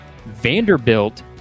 Vanderbilt